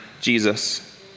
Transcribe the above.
Jesus